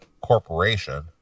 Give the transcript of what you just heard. corporation